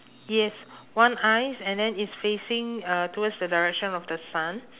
yes one eyes and then it's facing uh towards the direction of the sun